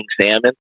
salmon